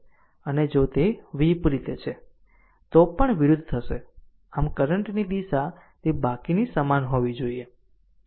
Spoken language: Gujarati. અને જો તે વિપરીત છે તો તે પણ વિરુદ્ધ થશે આમ કરંટ દિશા તે બાકીની સમાન હોવી જોઈએ